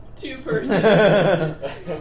two-person